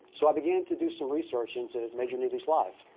so i began to do some research into major neely's life.